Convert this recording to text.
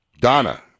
Donna